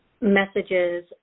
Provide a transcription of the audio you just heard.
Messages